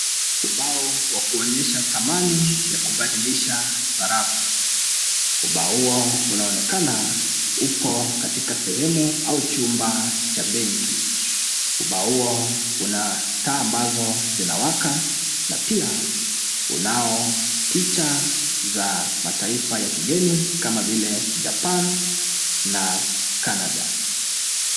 Ubao wa kuonyesha dhamani ya kubadilisha sarafu. Ubao huo unaonekana upo katika sehemu au chumba cha benki. Ubao huo una staa ambazo zinawaka na pia unao picha za mataifa ya kigeni kama vile Japan na Canada.